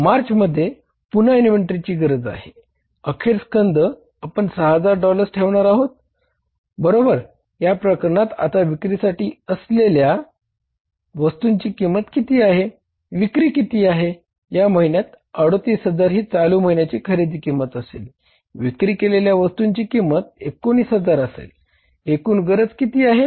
मार्च मध्ये पुन्हा इन्व्हेंटरीची गरज आहे